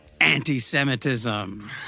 anti-Semitism